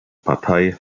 partei